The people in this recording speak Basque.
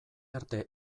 arte